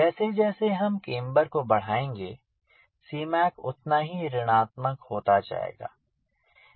जैसे जैसे हम केम्बर को बढ़ाएंगे Cmac उतना ही ऋणात्मक होता जाएगा